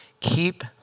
keep